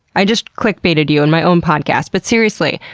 i just click-baited you in my own podcast but seriously,